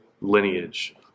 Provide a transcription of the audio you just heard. lineage